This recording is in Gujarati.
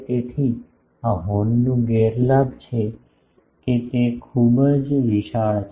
તેથી આ હોર્નનું ગેરલાભ છે કે તે ખૂબ જ વિશાળ છે